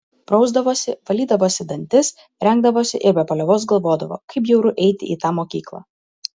prausdavosi valydavosi dantis rengdavosi ir be paliovos galvodavo kaip bjauru eiti į tą mokyklą